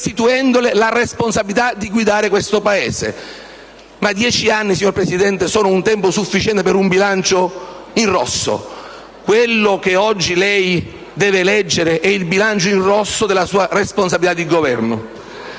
restituendole la responsabilità di guidare questo Paese. Ma dieci anni, signor Presidente, sono un tempo sufficiente per un bilancio in rosso: quello che oggi lei deve leggere è il bilancio in rosso della sua responsabilità di governo.